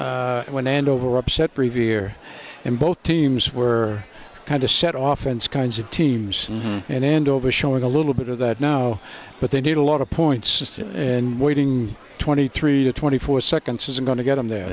game when and over upset previous year and both teams were kind of set off kinds of teams and an end over showing a little bit of that now but they need a lot of points and waiting twenty three to twenty four seconds isn't going to get them they're